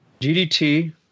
GDT –